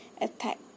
attack